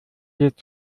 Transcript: geht